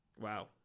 Wow